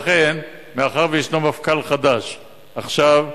לכן, מאחר שישנו מפכ"ל חדש, עכשיו,